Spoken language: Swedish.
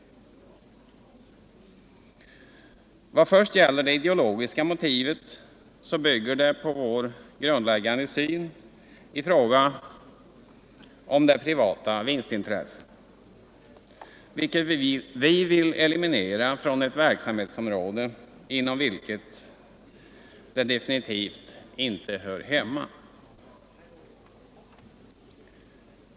I vad först gäller det ideologiska motivet så bygger detta på vår grundläggande syn i fråga om det privata vinstintresset, vilket vi vill eliminera från ett verksamhetsområde inom vilket det definitivt inte hör hemma.